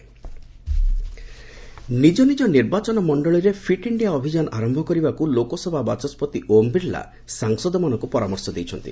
parliament fit India ନିଜ ନିଜ ନିର୍ବାଚନ ମଣ୍ଡଳୀରେ ଫିଟ୍ ଇଣ୍ଡିଆ ଅଭିଯାନ ଆରମ୍ଭ କରିବାକୁ ଲୋକସଭା ବାଚସ୍କତି ଓମ୍ ବିର୍ଲା ସାଂସଦମାନଙ୍କୁ ପରାମର୍ଶ ଦେଇଛନ୍ତି